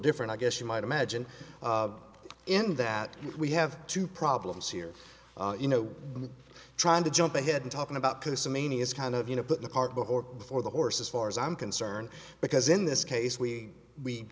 different i guess you might imagine in that we have two problems here you know trying to jump ahead and talking about because the manias kind of you know put the cart before before the horse as far as i'm concerned because in this case we we